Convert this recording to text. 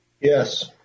Yes